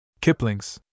Kipling's